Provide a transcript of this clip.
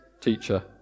teacher